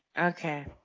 Okay